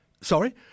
sorry